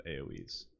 AoEs